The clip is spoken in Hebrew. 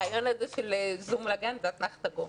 הרעיון של זום לגן הוא אתנחתה קומית.